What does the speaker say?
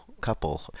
couple